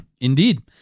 Indeed